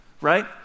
right